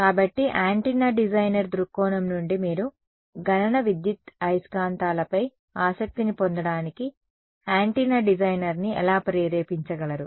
కాబట్టి antenna designer దృక్కోణం నుండి మీరు గణన విద్యుదయస్కాంతాలపై ఆసక్తిని పొందడానికి యాంటెన్నా డిజైనర్ని ఎలా ప్రేరేపించగలరు